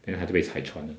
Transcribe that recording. then 她就被拆穿